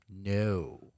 No